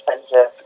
expensive